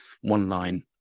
one-line